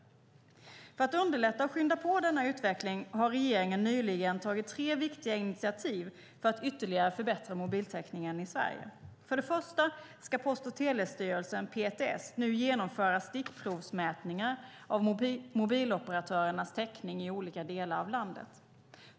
För att underlätta och skynda på denna utveckling har regeringen nyligen tagit tre viktiga initiativ för att ytterligare förbättra mobiltäckningen i Sverige. För det första ska Post och telestyrelsen, PTS, nu genomföra stickprovsmätningar av mobiloperatörernas täckning i olika delar av landet.